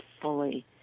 fully